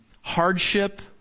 hardship